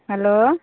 hello